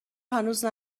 هنوز